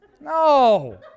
No